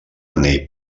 anell